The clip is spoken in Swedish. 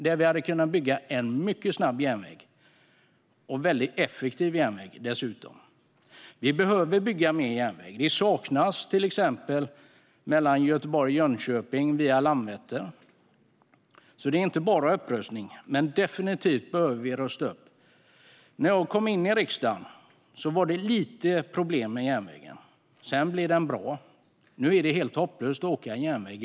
Där hade vi kunnat bygga en mycket snabb järnväg och dessutom en väldigt effektiv järnväg. Vi behöver bygga mer järnväg. Det saknas till exempel mellan Göteborg och Jönköping, via Landvetter. Det handlar alltså inte bara om upprustning, men vi behöver definitivt rusta upp. När jag kom in i riksdagen var det lite problem med järnvägen. Sedan blev den bra. Nu är det helt hopplöst att åka på järnväg.